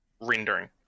rendering